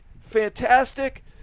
fantastic